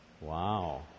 Wow